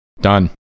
Done